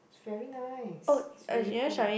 is very nice is beautiful